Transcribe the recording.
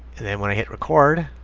and then when i hit record